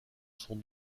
son